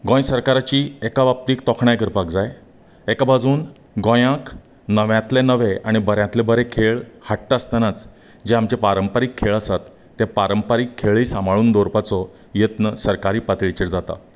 गोंय सरकाराची एका बाबतींत तोखणाय करपाक जाय एका बाजूंत गोंयांक नव्यातलें नवें आनी बऱ्यांतलें बरें खेळ हाडटा आसतनाच जे आमचें पारंपारीख खेळ आसात ते पारंपारीख खेळूय सांबाळून दवरपाचें यत्न सरकारी पातळीचेर जाता